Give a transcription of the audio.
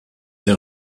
der